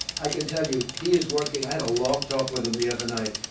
i can tell you, he is working i had a long talk with him the other night.